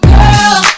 Girl